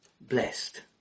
blessed